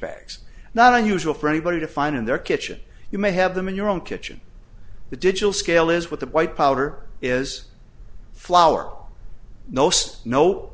bags not unusual for anybody to find in their kitchen you may have them in your own kitchen the digital scale is what the white powder is flour up noce no